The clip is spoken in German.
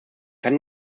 ihnen